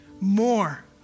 more